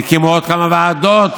והקימו עוד כמה ועדות.